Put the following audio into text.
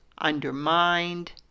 undermined